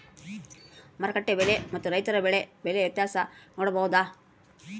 ಮಾರುಕಟ್ಟೆ ಬೆಲೆ ಮತ್ತು ರೈತರ ಬೆಳೆ ಬೆಲೆ ವ್ಯತ್ಯಾಸ ನೋಡಬಹುದಾ?